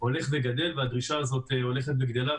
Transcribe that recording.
הולך וגדל, והדרישה הזאת הולכת וגדלה.